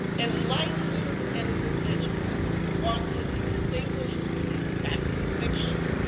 enlightened individuals want to distinguish between fact and fiction,